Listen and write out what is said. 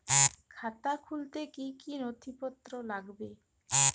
খাতা খুলতে কি কি নথিপত্র লাগবে?